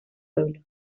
pueblo